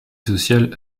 sociale